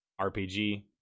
RPG